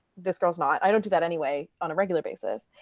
this girl's not. i don't do that, anyway, on a regular basis.